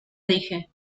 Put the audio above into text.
dije